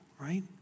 right